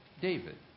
David